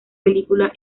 película